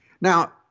Now